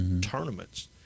tournaments